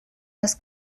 was